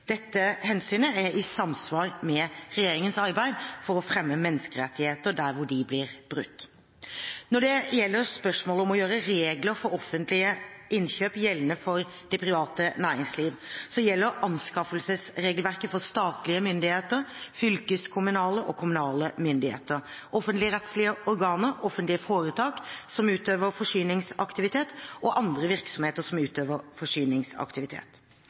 Dette hensynet er i samsvar med regjeringens arbeid for å fremme menneskerettigheter der hvor de blir brutt. Når det gjelder spørsmålet om å gjøre regler for offentlige innkjøp gjeldende for privat næringsliv, gjelder anskaffelsesregelverket for statlige myndigheter, fylkeskommunale og kommunale myndigheter, offentligrettslige organer, offentlige foretak som utøver forsyningsaktivitet, og andre virksomheter som utøver forsyningsaktivitet,